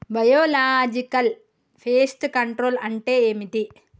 Biological pest control అంటే ఏమిటి?